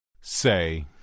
Say